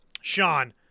Sean